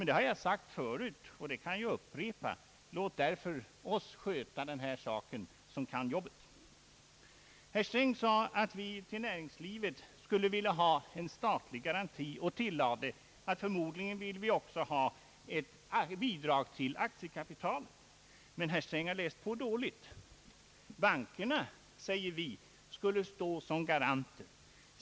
Det har jag sagt förut — och det kan jag upprepa — låt därför oss som kan jobbet sköta den här saken! Herr Sträng sade att vi i näringslivet skulle vilja ha en statlig garanti och tillade att förmodligen vill vi också ha ett bidrag till aktiekapitalet. Men herr Sträng har läst på dåligt. Bankerna, säger vi, skulle stå som garanter.